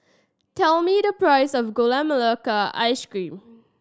tell me the price of Gula Melaka Ice Cream